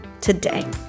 today